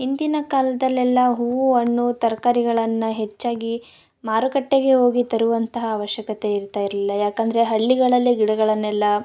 ಹಿಂದಿನ ಕಾಲ್ದಲೆಲ್ಲ ಹೂವು ಹಣ್ಣು ತರಕಾರಿಗಳನ್ನ ಹೆಚ್ಚಾಗಿ ಮಾರುಕಟ್ಟೆಗೆ ಹೋಗಿ ತರುವಂತಹ ಅವಶ್ಯಕತೆ ಇರ್ತಾ ಇರಲಿಲ್ಲ ಯಾಕಂದರೆ ಹಳ್ಳಿಗಳಲ್ಲೇ ಗಿಡಗಳನ್ನೆಲ್ಲ